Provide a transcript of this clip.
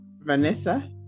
vanessa